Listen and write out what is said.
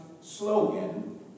slogan